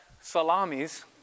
salamis